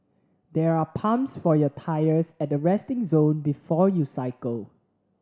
there are pumps for your tyres at the resting zone before you cycle